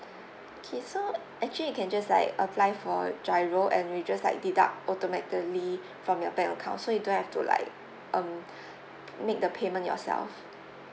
okay so actually you can just like apply for GIRO and we'll just like deduct automatically from your bank account so you don't have to like um p~ make the payment yourself